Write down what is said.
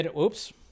Oops